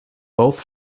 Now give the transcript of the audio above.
both